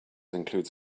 includes